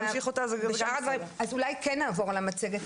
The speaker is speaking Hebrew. אז אולי כן אנחנו נעבור על המצגת.